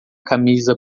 camisa